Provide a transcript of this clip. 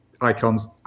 icons